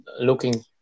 looking